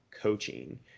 coaching